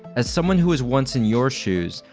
as someone who was once in your shoes,